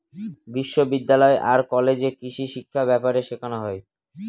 বিশ্ববিদ্যালয় আর কলেজে কৃষিশিক্ষা ব্যাপারে শেখানো হয়